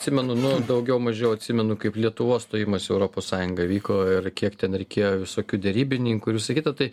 atsimenu nu daugiau mažiau atsimenu kaip lietuvos stojimas į europos sąjungą vyko ir kiek ten reikėjo visokių derybininkų ir visa kita tai